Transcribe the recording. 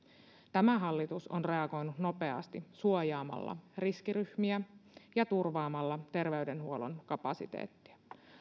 tämä hallitus on reagoinut nopeasti suojaamalla riskiryhmiä ja turvaamalla terveydenhuollon kapasiteettia